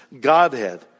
Godhead